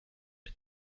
mit